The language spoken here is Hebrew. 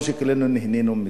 נכון שכולנו נהנינו מזה,